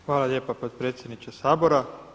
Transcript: Hvala lijepa potpredsjedniče Sabora.